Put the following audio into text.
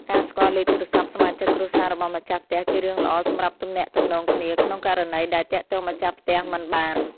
ការស្គាល់លេខទូរស័ព្ទសមាជិកគ្រួសាររបស់ម្ចាស់ផ្ទះជារឿងល្អសម្រាប់ទំនាក់ទំនងគ្នាក្នុងករណីដែលទាក់ទងម្ចាស់ផ្ទះមិនបាន។